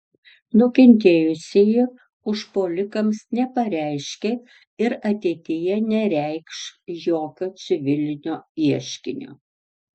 nukentėjusieji užpuolikams nepareiškė ir ateityje nereikš jokio civilinio ieškinio